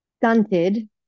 stunted